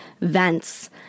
vents